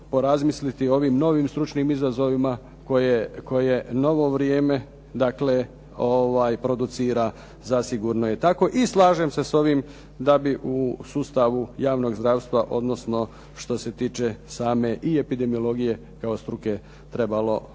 porazmisliti o ovim novim stručnim izazovima koje novo vrijeme, dakle producira, zasigurno je tako i slažem se s ovim da bi u sustavu javnog zdravstva, odnosno što se tiče same i epidemiologije kao struke trebalo porazmisliti